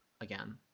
again